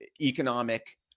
economic